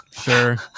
Sure